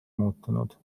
muutunud